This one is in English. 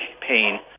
pain